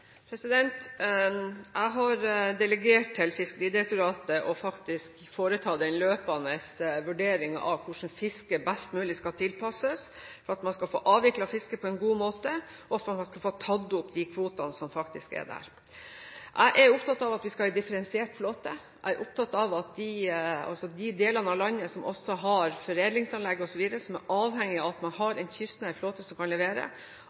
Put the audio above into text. Jeg har delegert til Fiskeridirektoratet å foreta den løpende vurderingen av hvordan fisket best mulig skal tilpasses for at man skal få avviklet fisket på en god måte, og for at man skal få tatt opp kvotene. Jeg er opptatt av at vi skal ha en differensiert flåte. Jeg er opptatt av at de delene av landet som har foredlingsanlegg osv., og som er avhengige av at man har en kystnær flåte som kan levere,